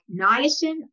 niacin